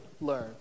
learn